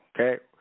okay